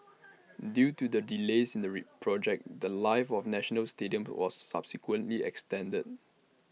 due to the delays in the project The Life of national stadium was subsequently extended